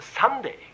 Sunday